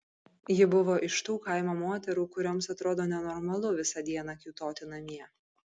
ji buvo iš tų kaimo moterų kurioms atrodo nenormalu visą dieną kiūtoti namie